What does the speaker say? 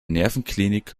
nervenklinik